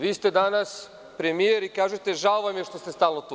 Vi ste danas premijer, ikažete, žao vam je što ste stalno tu.